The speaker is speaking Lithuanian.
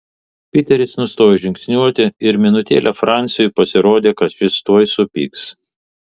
piteris nustojo žingsniuoti ir minutėlę franciui pasirodė kad šis tuoj supyks